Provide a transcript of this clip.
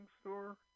store